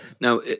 Now